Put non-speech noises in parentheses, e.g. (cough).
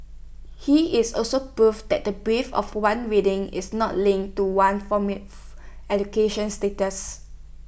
he is also proof that the breadth of one's reading is not linked to one's formal (noise) education status